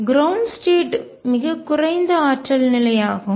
ground தரை நிலை state நிலை மிகக் குறைந்த ஆற்றல் நிலை ஆகும்